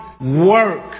work